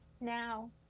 Now